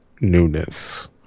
newness